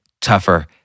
tougher